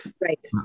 right